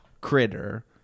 critter